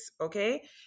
Okay